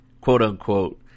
quote-unquote –